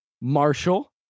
Marshall